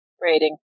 rating